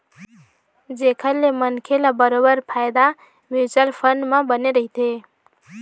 जेखर ले मनखे ल बरोबर फायदा म्युचुअल फंड म बने रहिथे